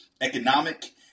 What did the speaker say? economic